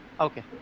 Okay